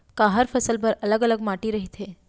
का हर फसल बर अलग अलग माटी रहिथे?